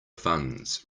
funds